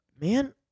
Man